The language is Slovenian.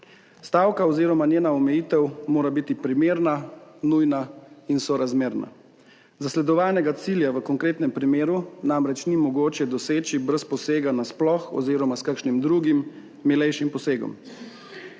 Stavka oziroma njena omejitev mora biti primerna, nujna in sorazmerna. Zasledovanega cilja v konkretnem primeru namreč ni mogoče doseči brez posega nasploh oziroma s kakšnim drugim, milejšim posegom.